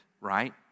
right